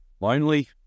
lonely